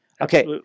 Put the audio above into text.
Okay